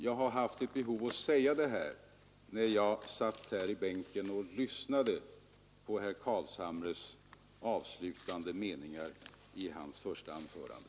Jag fick ett behov av att säga detta, när jag satt i bänken och lyssnade till de avslutande meningarna i herr Carlshamres första anförande.